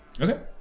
Okay